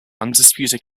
undisputed